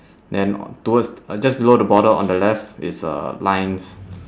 then on towards uh just below the border on the left is uh lines